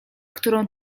którą